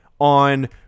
on